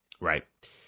Right